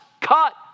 cut